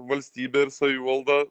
valstybė ir savivalda